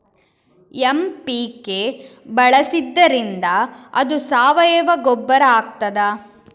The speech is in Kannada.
ಎಂ.ಪಿ.ಕೆ ಬಳಸಿದ್ದರಿಂದ ಅದು ಸಾವಯವ ಗೊಬ್ಬರ ಆಗ್ತದ?